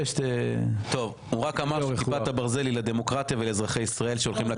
הוא רק אמר שכיפת הברזל היא לדמוקרטיה ולאזרחי ישראל שהולכים לקלפי.